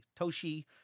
toshi